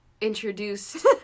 introduced